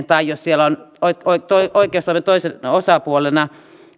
tai jos siellä on oikeustoimen toisena osapuolena